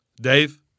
Dave